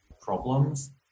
problems